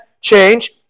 change